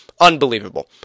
Unbelievable